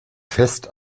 fest